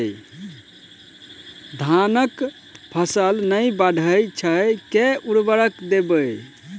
धान कऽ फसल नै बढ़य छै केँ उर्वरक देबै?